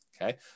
Okay